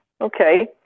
Okay